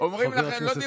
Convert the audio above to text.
אומרים לכם את האמת.